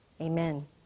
Amen